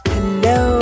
Hello